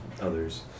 others